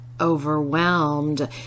overwhelmed